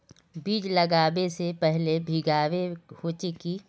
बीज लागबे से पहले भींगावे होचे की?